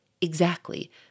Exactly